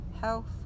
health